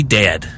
dead